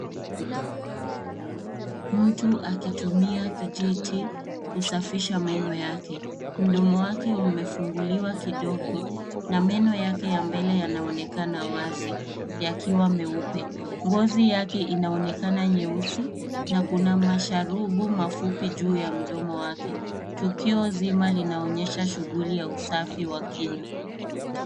Mtu akitumia kijiti kusafisha meno yake. Mdomo wake umefunguliwa kidogo na meno yake ya mbele yanaonekana wazi yakiwa meupe. Ngozi yake inaonekana nyeusi na kuna masharubu mafupi juu ya mdomo wake. Tukio zima linaonyesha shughuli ya usafi wa kinywa.